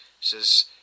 says